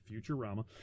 Futurama